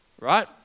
right